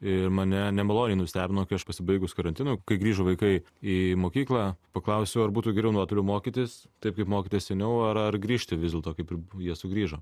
ir mane nemaloniai nustebino kai aš pasibaigus karantinui kai grįžo vaikai į mokyklą paklausiau ar būtų geriau nuotoliu mokytis taip kaip mokėtės seniau ar ar grįžti vis dėlto kaip ir bu jie sugrįžo